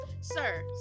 sir